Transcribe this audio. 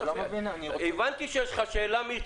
מתחילת הדיון הבנתי שיש לך שאלה.